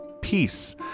peace